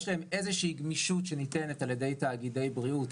יש להם איזושהי גמישות שניתנת על ידי תאגידי בריאות,